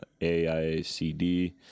AICD